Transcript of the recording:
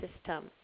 system